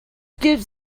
gives